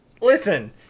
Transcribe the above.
listen